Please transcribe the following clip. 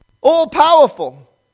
all-powerful